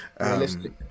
realistic